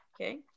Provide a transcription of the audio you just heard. Okay